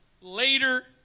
later